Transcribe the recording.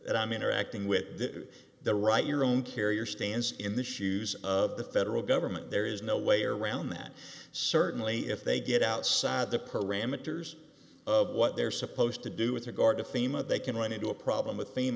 and i'm interacting with the right your own carrier stands in the shoes of the federal government there is no way around that certainly if they get outside the parameters of what they're supposed to do with regard to thema they can run into a problem with